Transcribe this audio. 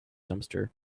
dumpster